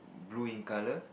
blue in color